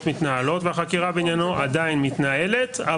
מתנהלות והחקירה בעניינו עדיין מתנהלת.